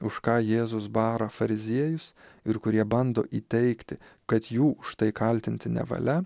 už ką jėzus bara fariziejus ir kurie bando įteigti kad jų štai kaltinti nevalia